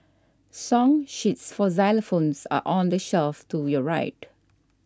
song sheets for xylophones are on the shelf to your right